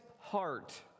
heart